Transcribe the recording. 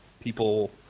people